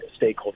stakeholders